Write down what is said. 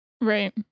Right